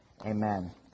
Amen